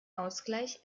ausgleich